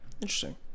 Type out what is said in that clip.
Interesting